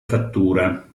fattura